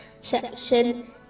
section